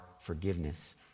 forgiveness